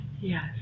Yes